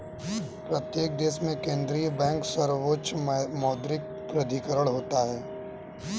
प्रत्येक देश में केंद्रीय बैंक सर्वोच्च मौद्रिक प्राधिकरण होता है